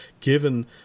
given